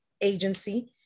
agency